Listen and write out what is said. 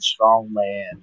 strongman